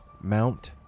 Mount